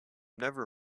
never